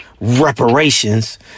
reparations